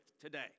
today